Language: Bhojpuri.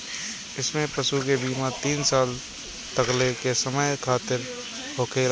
इमें पशु के बीमा तीन साल तकले के समय खातिरा होखेला